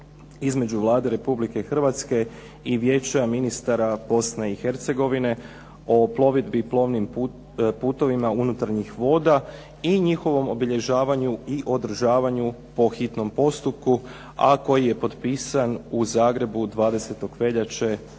između Vlade Republike Hrvatske i Vijeća ministara Bosne i Hercegovine o plovidbi plovnim putovima unutarnjih voda i njihovom obilježavanju i održavanju po hitnom postupku, a koji je potpisan u Zagrebu 20. veljače